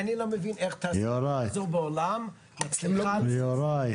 זה היה דיון חשוב ולא דיון אחרון.